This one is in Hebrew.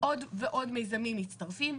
עוד ועוד מיזמים מצטרפים.